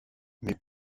mais